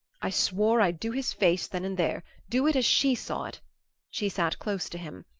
i swore i'd do his face then and there do it as she saw it she sat close to him,